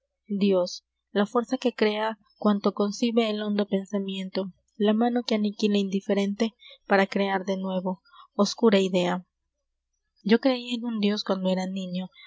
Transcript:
dios la fuerza que crea cuanto concibe el hondo pensamiento la mano que aniquila indiferente para crear de nuevo oscura idea yo creia en un dios cuando era niño